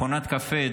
מכונת קפה,